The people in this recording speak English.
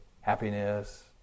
happiness